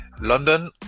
London